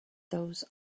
those